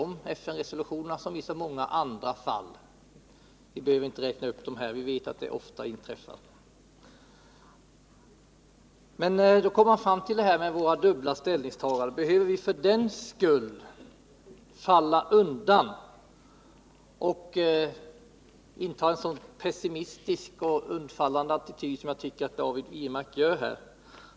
I detta liksom i så många andra fall har man inte brytt sig om FN-resolutionen. Jag behöver inte räkna upp fallen här; vi vet att det ofta inträffar. Men behöver vi för den skull falla undan och inta en så passiv och undfallande attityd som David Wirmark gör?